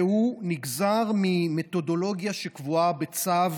והוא נגזר ממתודולוגיה שקבועה בצו